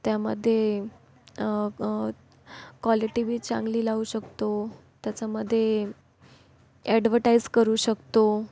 त्यामध्ये क्वालिटी बी चांगली लावू शकतो त्याच्यामध्ये एडव्हर्टाइज करू शकतो